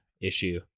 issue